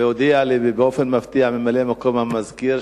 והודיע לי באופן מפתיע ממלא מקום המזכירה,